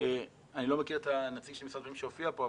לא מכיר את הנציג של משרד הפנים שהופיע פה,